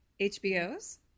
HBO's